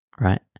right